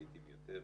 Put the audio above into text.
לעיתים יותר,